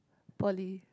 poly